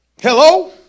Hello